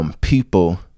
people